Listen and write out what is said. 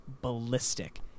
ballistic